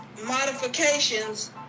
modifications